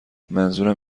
منظورم